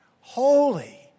holy